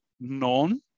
known